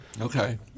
Okay